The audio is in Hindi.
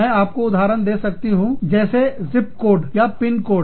मैं आपको उदाहरण दे सकती हूँ जैसे जिप कोड या पिनकोड